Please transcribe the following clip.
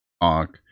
talk